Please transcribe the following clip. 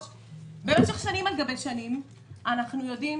במשך שנים על גבי שנים אנחנו יודעים